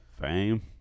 Fame